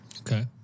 Okay